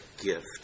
gift